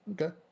Okay